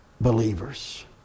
believers